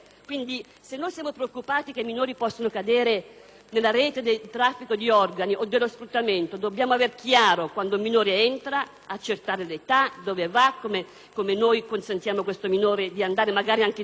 nella rete del traffico di organi o dello sfruttamento, dobbiamo avere chiaro quando il minore entra, accertarne l'età, dove va, stabilire come consentiamo a questo minore di andare magari in affidamento (eventualmente con la riforma dell'affidamento, come abbiamo previsto nella mozione).